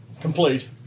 Complete